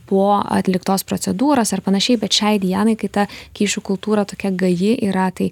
po atliktos procedūros ar panašiai bet šiai dienai kai ta kyšių kultūra tokia gaji yra tai